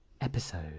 episode